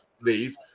leave